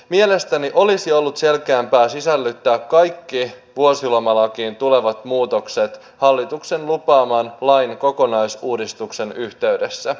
mielestäni olisi ollut selkeämpää sisällyttää kaikki vuosilomalakiin tulevat muutokset hallituksen lupaamaan lain kokonaisuudistukseen